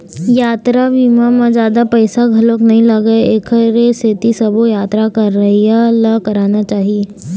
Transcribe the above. यातरा बीमा म जादा पइसा घलोक नइ लागय एखरे सेती सबो यातरा करइया ल कराना चाही